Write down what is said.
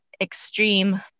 extreme